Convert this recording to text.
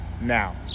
now